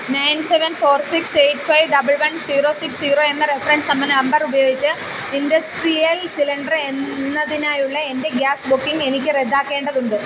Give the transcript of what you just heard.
nine seven four six eight five double one zero six zero എന്ന റഫറൻസന്ന number ഉപയോഗിച്ച് industrial cylinder എന്നതിനായുള്ള എൻ്റെ ഗ്യാസ് ബുക്കിംഗ് എനിക്ക് റദ്ദാക്കേണ്ടതുണ്ട്